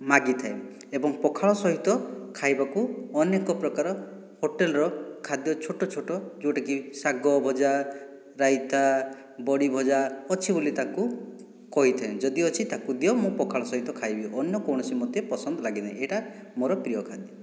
ମାଗିଥାଏ ଏବଂ ପଖାଳ ସହିତ ଖାଇବାକୁ ଅନେକ ପ୍ରକାର ହୋଟେଲର ଖାଦ୍ୟ ଛୋଟ ଛୋଟ ଯେଉଁଟାକି ଶାଗ ଭଜା ରାଇତା ବଡ଼ି ଭଜା ଅଛି ବୋଲି ତାକୁ କହିଥାଏ ଯଦି ଅଛି ତାକୁ ଦିଅ ମୁଁ ପଖାଳ ସହିତ ଖାଇବି ଅନ୍ୟ କୌଣସି ମୋତେ ପସନ୍ଦ ଲାଗେ ନାହିଁ ଏଇଟା ମୋ'ର ପ୍ରିୟ ଖାଦ୍ୟ